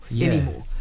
anymore